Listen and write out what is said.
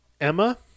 Emma